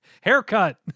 haircut